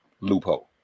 loophole